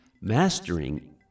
Mastering